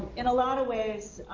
in a lot of ways,